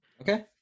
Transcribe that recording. Okay